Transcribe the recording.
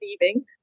leaving